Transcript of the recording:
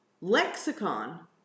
lexicon